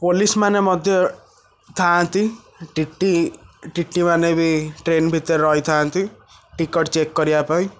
police ମାନେ ମଧ୍ୟ ଥାଆନ୍ତି ଟି ଟି ଟିଟିମାନେ ବି ଟ୍ରେନ୍ ଭିତରେ ରହିଥାନ୍ତି ଟିକଟ ଚେକ୍ କରିବାପାଇଁ